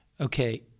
okay